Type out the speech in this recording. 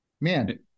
Man